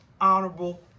honorable